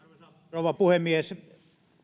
rouva puhemies